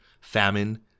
famine